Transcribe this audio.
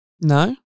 No